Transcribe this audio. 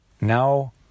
now